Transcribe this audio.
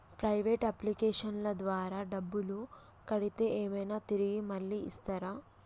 Private అప్లికేషన్ల ద్వారా డబ్బులు కడితే ఏమైనా తిరిగి మళ్ళీ ఇస్తరా?